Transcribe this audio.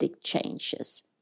changes